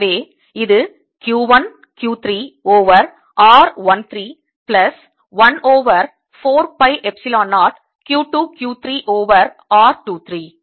எனவே இது Q 1 Q 3 over r 1 3 plus 1 over 4 pi Epsilon 0 Q 2 Q 3 over r 2 3